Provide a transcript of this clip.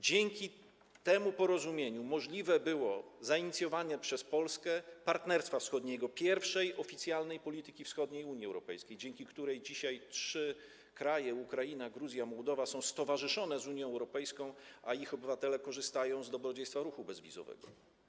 Dzięki temu porozumieniu możliwe było zainicjowanie przez Polskę Partnerstwa Wschodniego, pierwszej oficjalnej polityki wschodniej Unii Europejskiej, dzięki której dzisiaj trzy kraje: Ukraina, Gruzja i Mołdawia są stowarzyszone z Unią Europejską, a ich obywatele korzystają z dobrodziejstwa ruchu bezwizowego.